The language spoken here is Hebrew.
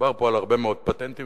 דובר פה על הרבה מאוד פטנטים,